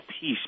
peace